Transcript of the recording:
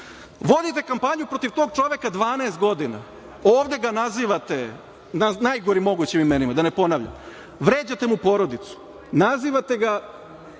liste? Vodite kampanju protiv tog čoveka 12 godina, ovde ga nazivate najgorim mogućim imenima da ne ponavljam, vređate mu porodicu, nazivate ga